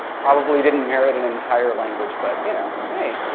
probably didn't merit an entire language, but you know. hey,